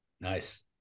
Nice